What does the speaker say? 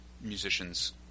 musicians